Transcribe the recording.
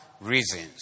reasons